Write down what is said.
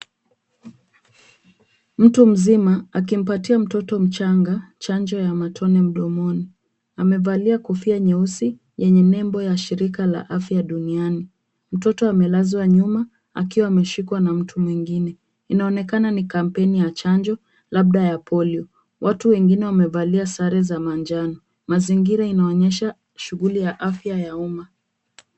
Mtu mzima akimpatia mtoto mchanga chanjo ya matone mdomoni. Amevalia kofia nyeusi yenye nembo ya shirika la afya duniani. Mtoto amelazwa nyuma akiwa ameshikwa na mtu mwingine. Inaonekana ni kampeni ya chanjo labda ya polio. Watu wengine wamevalia sare za manjano. Mazingira inaonyesha shughuli ya afya za umma.